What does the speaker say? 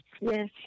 Yes